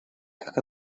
как